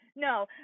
No